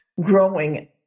growing